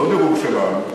לא דירוג שלנו,